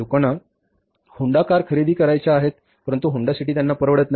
लोकांना Honda car खरेदी करावयाच्या आहेत परंतु होंडा सिटी त्यांना परवडत नाही